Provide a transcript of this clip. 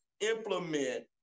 implement